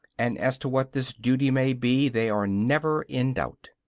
and as to what this duty may be they are never in doubt.